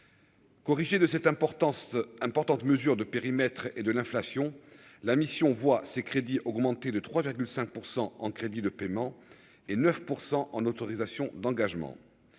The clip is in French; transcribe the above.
Corrigé de cette importance importantes mesures de périmètre et de l'inflation, la mission voit ses crédits augmenter de 3,5 % en crédits de paiement et 9 % en autorisations d'engagement,